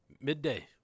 Midday